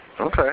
Okay